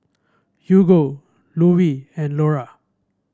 Hugo Lovie and Lora